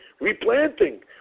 replanting